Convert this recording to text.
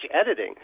editing